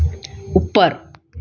ऊपर